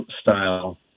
style